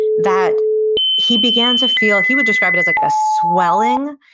that he began to feel, he would describe it as like a swelling,